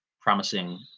promising